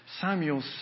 Samuel